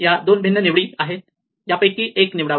या दोन भिन्न निवडी आहेत ज्यापैकी एक निवडावा